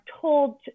told